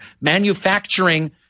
Manufacturing